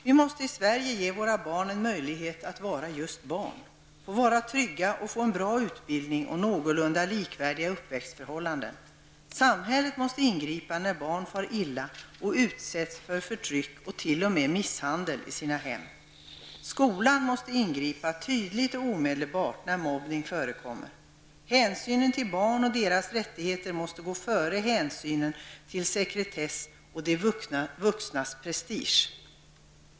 Vi i Sverige måste ge våra barn möjlighet att vara just barn, att få vara trygga och få en bra utbildning samt någorlunda likvärdiga uppväxtförhållanden. Samhället måste ingripa när barn far illa och utsätts för förtryck och t.o.m. misshandel i sina hem. Skolan måste ingripa tydligt och omedelbart när mobbning förekommer. Hänsynen till barnen och deras rättigheter måste gå före hänsynen till sekretess och de vuxnas prestige.